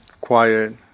quiet